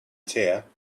tear